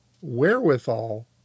wherewithal